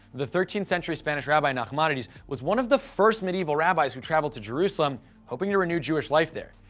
the thirteenth century spanish rabbi nahmanides was one of the first medieval rabbis who traveled to jerusalem hoping to renew jewish life there.